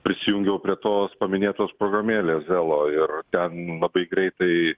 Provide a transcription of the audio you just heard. prisijungiau prie tos paminėtos programėlės zelo ir ten labai greitai